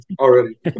already